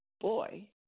boy